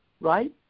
right